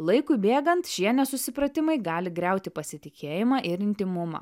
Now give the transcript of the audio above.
laikui bėgant šie nesusipratimai gali griauti pasitikėjimą ir intymumą